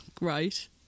Right